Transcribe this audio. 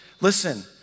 Listen